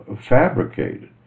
fabricated